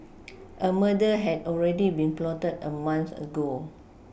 a murder had already been plotted a month ago